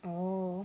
oh